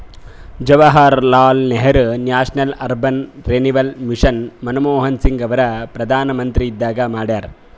Jawaharlal Nehru national urban renewal mission Manmohan Singh ಅವರು ಪ್ರಧಾನ್ಮಂತ್ರಿ ಇದ್ದಾಗ ಮಾಡ್ಯಾರ್